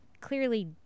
clearly